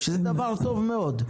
שזה דבר טוב מאוד.